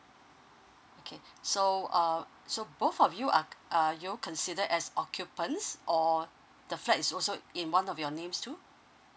okay so uh so both of you uh uh are you considered as occupants or the flat is also in one of your names too